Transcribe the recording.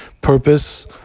purpose